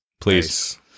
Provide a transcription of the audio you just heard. please